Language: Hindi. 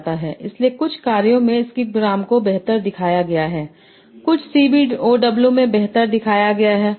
इसलिए कुछ कार्यों में स्किप ग्राम को बेहतर दिखाया गया है कुछ CBOW में बेहतर दिखाया गया है